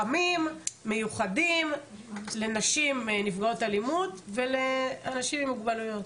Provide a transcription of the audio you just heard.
מיוחדים לנשים נפגעות אלימות ולאנשים עם מוגבלויות.